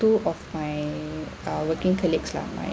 two of my uh working colleagues lah my